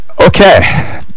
Okay